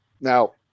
now